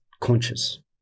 conscious